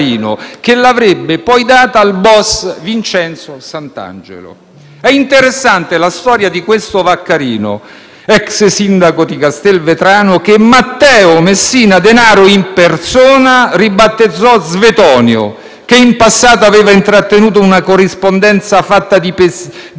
che l'avrebbe poi data al boss Vincenzo Sant'Angelo. È interessante la storia di questo Vaccarino, ex sindaco di Castelvetrano, che Matteo Messina Denaro in persona ribattezzò Svetonio, che in passato aveva intrattenuto una corrispondenza fatta di pizzini